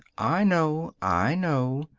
i know i know,